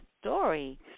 story